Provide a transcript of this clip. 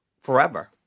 forever